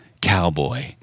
cowboy